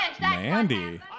Mandy